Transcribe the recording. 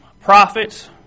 prophets